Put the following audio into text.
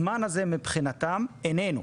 הזמן הזה מבחינתם איננו.